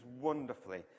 wonderfully